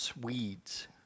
weeds